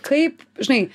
kaip žinai